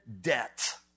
debt